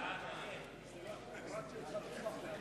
עוברים